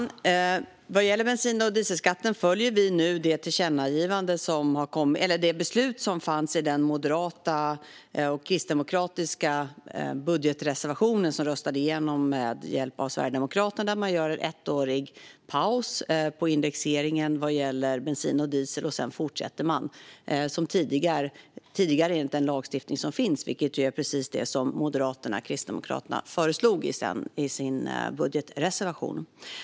Fru talman! Vad gäller bensin och dieselskatten följer vi nu beslutet i den moderata och kristdemokratiska budgetreservation som med hjälp av Sverigedemokraterna röstades igenom. Det blir en ettårig paus i indexeringen vad gäller bensin och diesel. Sedan fortsätter det som tidigare, enligt den lagstiftning som finns. Det är precis vad Moderaterna och Kristdemokraterna föreslog i sin budgetreservation.